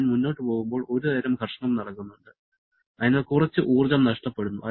ഞാൻ മുന്നോട്ട് പോകുമ്പോൾ ഒരുതരം ഘർഷണം നടക്കുന്നുണ്ട് അതിനാൽ കുറച്ച് ഊർജ്ജം നഷ്ടപ്പെടുന്നു